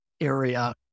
area